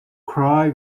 cry